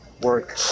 work